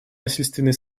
насильственные